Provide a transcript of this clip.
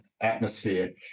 atmosphere